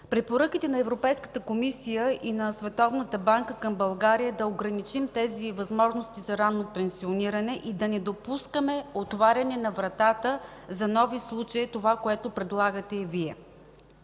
Препоръките на Европейската комисия и на Световната банка към България е да ограничим тези възможности за ранно пенсиониране и да не допускаме отваряне на вратата на нови случаи – това, което предлагате Вие.